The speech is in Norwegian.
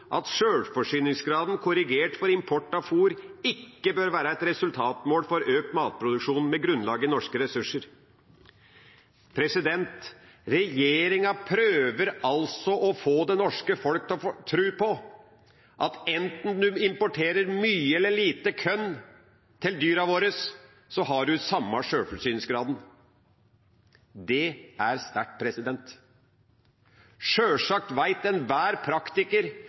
at sjølforsyningsgraden, korrigert for import av fôr, ikke bør være et resultatmål for økt matproduksjon med grunnlag i norske ressurser. Regjeringa prøver altså å få det norske folk til å tro på at enten vi importerer mye eller lite korn til dyra våre, har vi den samme sjølforsyningsgraden. Det er sterkt. Sjølsagt vet enhver praktiker